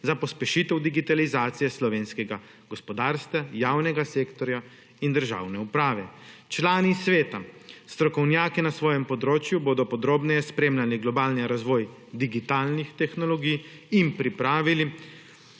za pospešitev digitalizacije slovenskega gospodarstva, javnega sektorja in državne uprave. Člani sveta, strokovnjaki na svojem področju, bodo podrobneje spremljali globalni razvoj digitalnih tehnologij in pripravili,